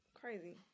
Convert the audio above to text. crazy